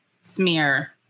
smear